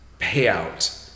payout